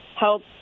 help